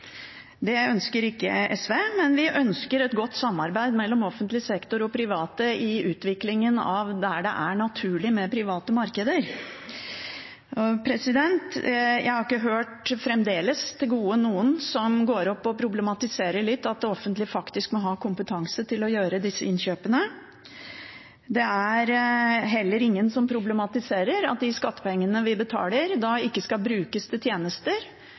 Det ønsker ikke SV, men vi ønsker et godt samarbeid mellom offentlig sektor og private i utviklingen av de områder hvor det er naturlig med private markeder. Jeg har fremdeles til gode å høre noen her problematisere litt at det offentlige faktisk må ha kompetanse til å gjøre disse innkjøpene. Det er heller ingen som problematiserer at de skattepengene vi betaler, ikke skal brukes til tjenester,